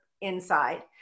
inside